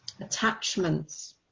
attachments